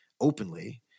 openly